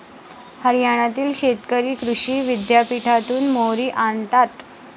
हरियाणातील शेतकरी कृषी विद्यापीठातून मोहरी आणतात